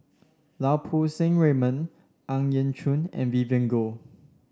Lau Poo Seng Raymond Ang Yau Choon and Vivien Goh